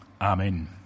Amen